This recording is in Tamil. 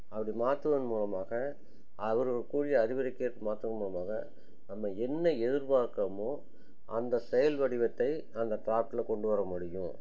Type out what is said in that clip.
அப்படி மாற்றுவதன் மூலமாக அவர்கள் கூறிய அறிவுரைக்கேற்ப மாற்றணுமாபாங்க நம்ம என்ன எதிர்பார்க்கறமோ அந்த செயல் வடிவத்தை அந்த ட்ராப்ட்டில் கொண்டு வர முடியும்